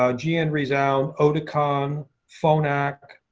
ah ah and resound, oticon, phonak,